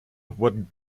wurden